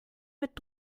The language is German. mit